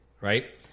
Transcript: right